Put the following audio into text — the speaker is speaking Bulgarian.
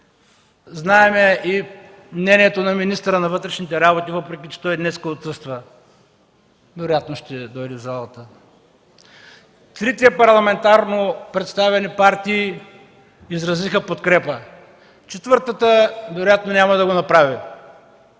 Знаем и мнението на министъра на вътрешните работи, въпреки че той днес отсъства, вероятно ще дойде в залата. Трите парламентарно представени партии изразиха подкрепа. Четвъртата вероятно няма да го направи,